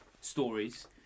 stories